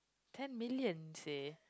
ten millions seh